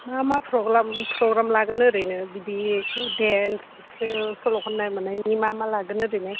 मा मा प्रग्राम लागोन ओरैनो बिदि डेन्ससो सल' खननाय मानायनि मा मा लागोन ओरैनो